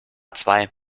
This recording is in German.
zwei